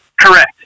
Correct